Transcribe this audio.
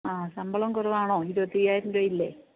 ആ ശമ്പളം കുറവാണോ ഇരുപത്തിയയ്യായിരം രൂപയില്ലേ